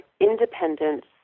independence